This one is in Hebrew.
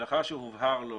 לאחר שהובהר לו